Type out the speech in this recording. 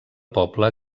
poble